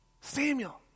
Samuel